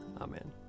Amen